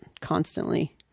constantly